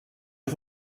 les